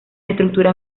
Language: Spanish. estructura